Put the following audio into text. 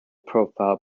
profile